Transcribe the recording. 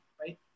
right